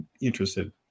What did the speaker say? interested